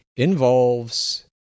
involves